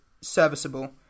serviceable